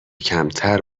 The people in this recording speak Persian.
کمتر